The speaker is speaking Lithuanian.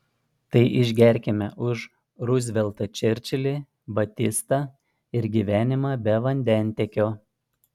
tai išgerkime už ruzveltą čerčilį batistą ir gyvenimą be vandentiekio